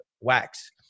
wax